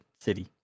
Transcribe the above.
city